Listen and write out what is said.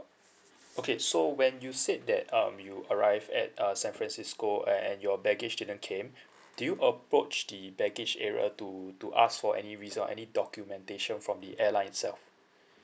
okay so when you said that um you arrived at uh san francisco uh and your baggage didn't came do you approach the baggage area to to ask for any result any documentation from the airline itself